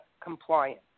compliance